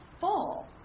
full